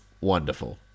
wonderful